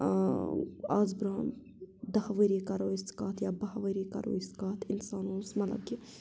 آز برٛونٛہہ دَہ ؤری کَرو أسۍ کَتھ یا بَہہ ؤری کَرو أسۍ کَتھ اِنسان اوس مطلب کہِ